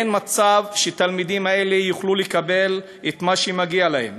אין מצב שהתלמידים האלה יוכלו לקבל את מה שמגיע להם.